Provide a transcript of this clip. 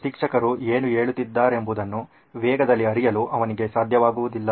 ಶಿಕ್ಷಕರು ಏನು ಹೇಳುತ್ತಿದ್ದಾರೆಂಬುದನ್ನು ವೇಗದಲ್ಲಿ ಅರಿಯಲು ಅವನಿಗೆ ಸಾಧ್ಯವಾಗುವುದಿಲ್ಲ